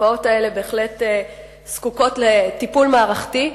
התופעות האלה בהחלט זקוקות לטיפול מערכתי.